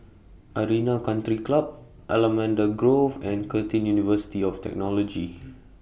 Arena Country Club Allamanda Grove and Curtin University of Technology